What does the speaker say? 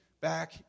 back